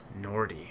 Nordy